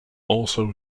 also